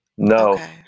No